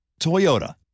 Toyota